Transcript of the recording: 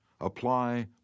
apply